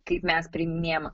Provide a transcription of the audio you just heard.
kaip mes priiminėjam